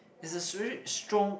there's a really strong